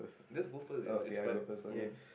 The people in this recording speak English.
just got first it's it's fine mm